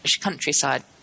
countryside